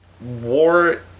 War